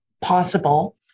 possible